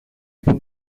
από